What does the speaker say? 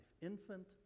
infant